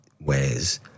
ways